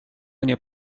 nie